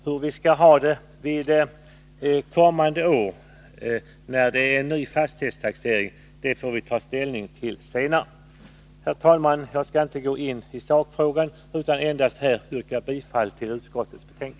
Hur vi skall ha det kommande år, efter en ny fastighetstaxering, får vi ta ställning till senare. Herr talman! Jag skall inte gå in vidare i sakfrågan utan endast yrka bifall till utskottets hemställan.